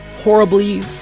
horribly